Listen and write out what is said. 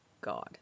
God